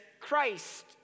Christ